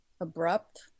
abrupt